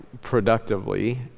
productively